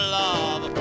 love